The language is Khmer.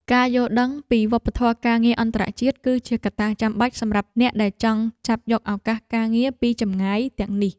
ការយល់ដឹងពីវប្បធម៌ការងារអន្តរជាតិ គឺជាកត្តាចាំបាច់សម្រាប់អ្នកដែលចង់ចាប់យកឱកាសការងារពីចម្ងាយទាំងនេះ។